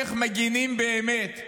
איך מגינים באמת.